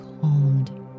calmed